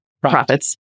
Profits